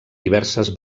diverses